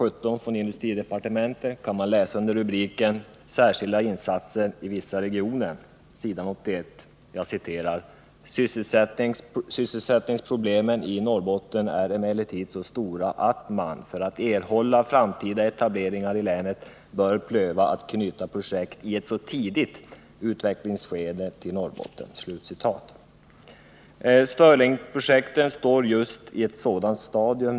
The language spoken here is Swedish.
17 från industridepartementet under rubriken Särskilda insatser i vissa regioner på s. 81 läsa följande: ”Sysselsättningsproblemen i Norrbotten är emellertid så stora att man, för att erhålla framtida etableringar i länet, bör pröva att knyta projekt i ett tidigt utvecklingsskede till Norrbotten.” Stirlingprojektet är just nu i ett sådant stadium.